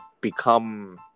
become